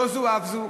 לא זו אף זו,